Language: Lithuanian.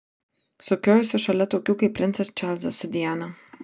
sukiojosi šalia tokių kaip princas čarlzas su diana